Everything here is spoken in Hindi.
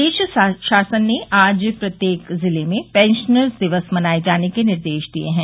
प्रदेश शासन द्वारा आज प्रत्येक जिले में पेंशनर्स दिवस मनाये जाने के निर्देश दिये गये है